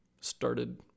started